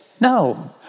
No